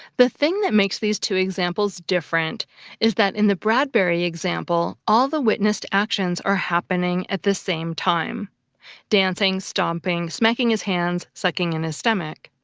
the thing that makes these two examples different is that in the bradbury example, all the witnessed actions are happening at the same time dancing, stomping, smacking his hands, sucking in his stomach.